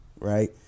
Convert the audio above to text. right